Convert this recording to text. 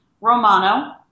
Romano